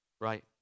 right